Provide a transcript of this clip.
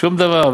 שום דבר.